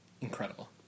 incredible